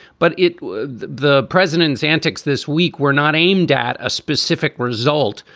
but it was the president's antics this week were not aimed at a specific result.